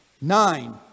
Nine